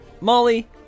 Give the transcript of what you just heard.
Molly